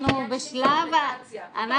אנחנו בשלב ה --- כי המסקנות זה עניין לאינטרפרטציה.